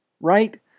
right